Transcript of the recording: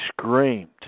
screamed